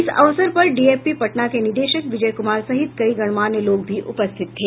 इस अवसर पर डीएफपी पटना के निदेशक विजय कुमार सहित कई गणमान्य लोग भी उपस्थित थे